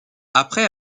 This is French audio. après